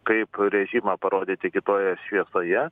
kaip režimą parodyti kitoje šviesoje